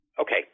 Okay